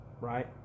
Right